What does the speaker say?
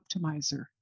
optimizer